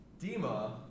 Dima